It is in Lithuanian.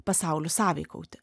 pasauliu sąveikauti